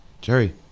Jerry